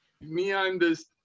meanders